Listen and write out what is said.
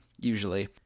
usually